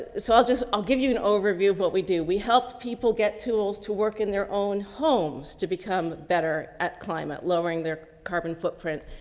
so i'll just, i'll give you an overview of what we do. we help people get tools to work in their own homes to become better at climate, lowering their carbon footprint.